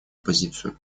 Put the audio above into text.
позицию